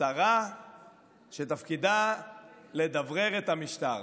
שרה שתפקידה לדברר את המשטר.